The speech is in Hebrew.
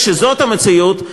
כשזאת המציאות,